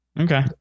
Okay